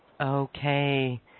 Okay